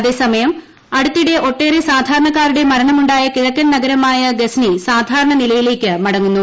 അതേസമയം അടുത്തിടെ ഒട്ടേറെ സാധാരണക്കാരുടെ മരണമുണ്ടായ കിഴക്കൻ നഗരമായ ഗസ്നി സാധാരണ നിലയിലേക്ക് മടങ്ങുന്നു